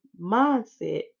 mindset